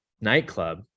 nightclub